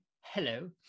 Hello